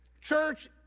Church